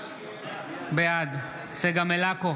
בעד צגה מלקו,